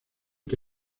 que